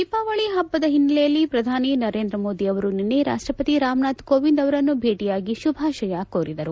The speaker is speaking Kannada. ದೀಪಾವಳಿ ಹಬ್ಬದ ಹಿನ್ನೆಲೆಯಲ್ಲಿ ಪ್ರಧಾನಿ ನರೇಂದ್ರ ಮೋದಿ ಅವರು ನಿನ್ನೆ ರಾಷ್ಷಪತಿ ರಾಮನಾಥ ಕೋವಿಂದ್ ಅವರನ್ನು ಭೇಟಿಯಾಗಿ ಶುಭಾಶಯ ಕೋರಿದರು